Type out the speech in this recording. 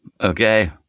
Okay